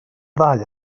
ddau